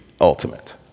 ultimate